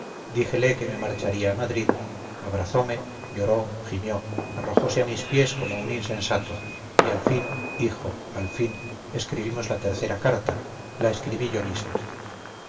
díjele que me marcharía a madrid abrazome lloró gimió arrojose a mis pies como un insensato y al fin hijo al fin escribimos la tercera carta la escribí yo misma